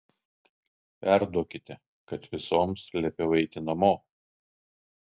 perduokite kad visoms liepiau eiti namo